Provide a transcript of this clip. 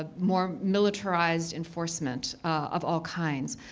ah more militarized enforcement of all kinds.